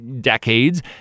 decades